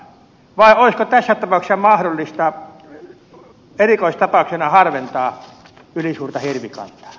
vai olisiko tässä tapauksessa mahdollista erikoistapauksena harventaa ylisuurta hirvikantaa